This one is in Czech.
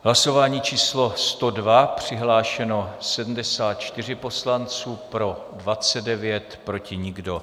Hlasování číslo 102, přihlášeno 74 poslanců, pro 29, proti nikdo.